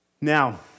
Now